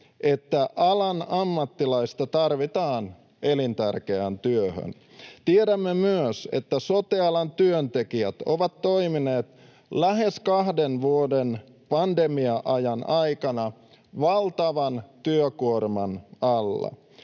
että alan ammattilaista tarvitaan elintärkeään työhön. Tiedämme myös, että sote-alan työntekijät ovat toimineet lähes kahden vuoden pandemia-ajan aikana valtavan työkuorman alla